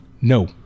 No